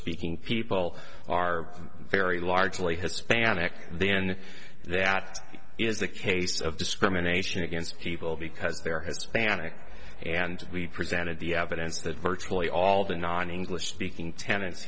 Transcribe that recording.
speaking people are very largely hispanic then that is the case of discrimination against people because they're hispanic and we presented the evidence that virtually all the non english speaking ten